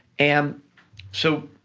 and so,